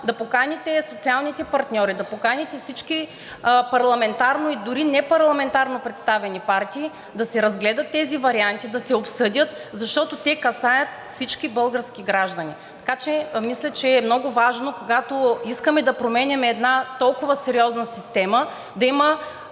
да поканите социалните партньори, да поканите всички парламентарно, а дори и непарламентарно представени партии да се разгледат тези варианти и да се обсъдят, защото те касаят всички български граждани. Мисля, че е много важно, когато искаме да променяме една толкова сериозна система, да има